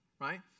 Right